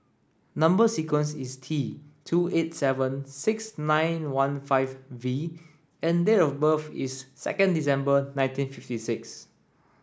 number sequence is T two eight seven six nine one five V and date of birth is second December nineteen fifty six